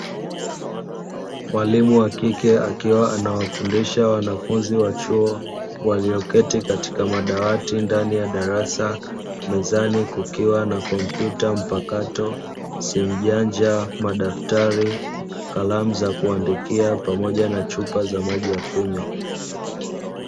Mwalimu wakike akiwa anawafundisha wanafunzi wa chuo walioketi katika madawati ndani ya darasa mezani kukiwa na kompyuta mpakato, simu janja, madafutari, kalamu zakuandikia pamoja na chupa za maji ya kunywa.